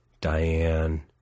Diane